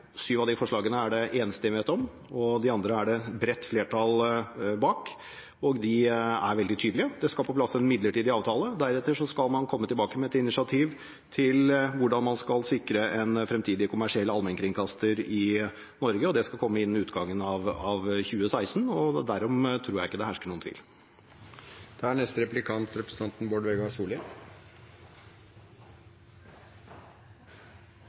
de er veldig tydelige: Det skal på plass en midlertidig avtale. Deretter skal man komme tilbake med et initiativ til hvordan man skal sikre en fremtidig kommersiell allmennkringkaster i Norge, og det skal komme innen utgangen av 2016. Derom tror jeg ikke det hersker noen tvil. Eg synest dette var rimeleg avklarande. Noko av bakteppet for diskusjonen vi har hatt i det siste, har vore ei rekkje utspel frå ulike politikarar i Høgre og Framstegspartiet, ikkje minst om NRKs framtid. Representanten